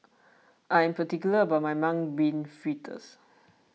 I am particular about my Mung Bean Fritters